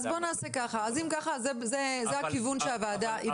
אם כך, זה הכיוון שהוועדה תלך אליו.